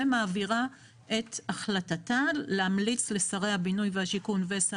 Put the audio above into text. ומעבירה את החלטתה להמליץ לשרי הבינוי והשיכון ושר